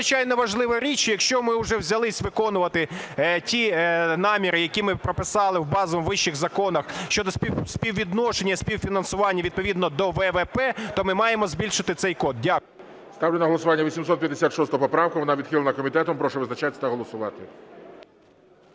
надзвичайно важлива річ. Якщо ми вже взялись виконувати ті наміри, які ми прописали в базу у вищих законах щодо співвідношення співфінансування відповідно до ВВП, то ми маємо збільшити цей код. Дякую. ГОЛОВУЮЧИЙ. Ставлю на голосування 856 поправку, вона відхилена комітетом. Прошу визначатися та голосувати.